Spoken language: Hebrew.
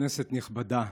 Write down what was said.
כנסת נכבדה,